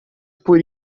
por